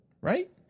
right